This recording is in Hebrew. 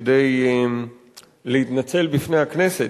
כדי להתנצל בפני הכנסת